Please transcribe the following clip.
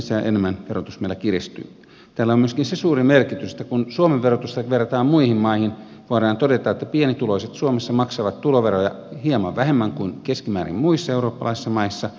tällä on myöskin se suuri merkitys että kun suomen verotusta verrataan muihin maihin voidaan todeta että pienituloiset suomessa maksavat tuloveroja hieman vähemmän kuin keskimäärin muissa eurooppalaisissa maissa